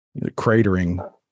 cratering